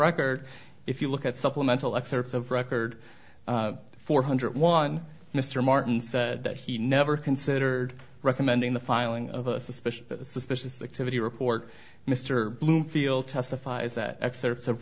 record if you look at supplemental excerpts of record four hundred one mr martin said that he never considered recommending the filing of a suspicious suspicious activity report mr bloomfield testifies that excerpts of